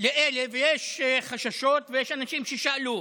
ויש חששות ויש אנשים ששאלו: